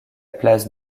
place